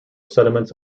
settlements